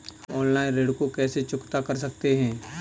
हम ऑनलाइन ऋण को कैसे चुकता कर सकते हैं?